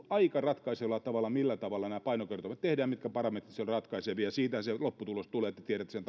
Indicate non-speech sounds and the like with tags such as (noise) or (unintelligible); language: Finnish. (unintelligible) aika ratkaisevalla tavalla siitä millä tavalla nämä painokertoimet tehdään ja mitkä parametrit siellä ovat ratkaisevia siitähän se lopputulos tulee ja te tiedätte sen (unintelligible)